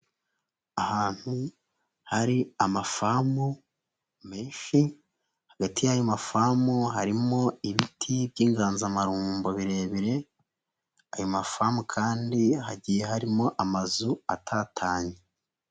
Ahantu hari amafamu menshi hagati y'ayo mafamu harimo ibiti by'inganzamarumbo birebire ayo mafamu kandi hagiye harimo amazu atatanye.